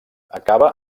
acaba